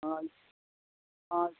हाँ जी हाँ